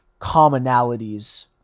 commonalities